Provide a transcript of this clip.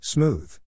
Smooth